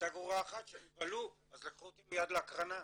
הייתה גרורה אחת שנבהלו אז לקחו אותי מיד להקרנה,